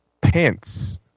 pants